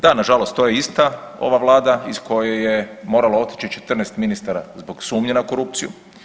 Da na žalost to je ista ova Vlada iz koje je moralo otići 14 ministara zbog sumnje na korupciju.